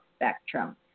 spectrum